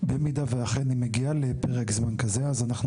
במידה ואכן היא מגיעה לפרק זמן כזה אז אנחנו